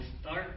start